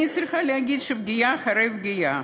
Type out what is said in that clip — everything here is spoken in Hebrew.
אני צריכה להגיד שפגיעה אחרי פגיעה,